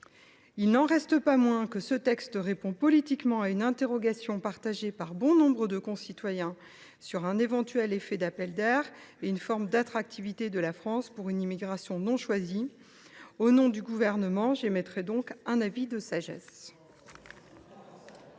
Il n’en reste pas moins que ce texte répond politiquement à une interrogation partagée par nombre de nos concitoyens sur un éventuel effet d’appel d’air et une forme d’attractivité de la France pour une immigration non choisie. Au nom du Gouvernement, j’émettrai donc un avis de sagesse